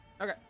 Okay